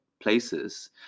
places